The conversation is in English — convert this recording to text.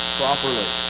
properly